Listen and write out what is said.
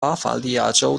巴伐利亚州